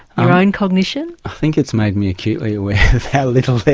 your own cognition? i think it's made me acutely aware of how little